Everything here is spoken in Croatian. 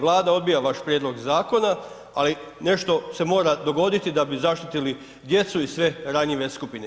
Vlada odbija vaš prijedlog zakona ali nešto se mora dogoditi da bi zaštitili djecu i sve ranjive skupine.